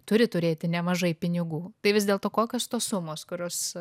turi turėti nemažai pinigų tai vis dėlto kokios tos sumos kurios